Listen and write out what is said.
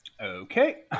Okay